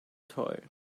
toy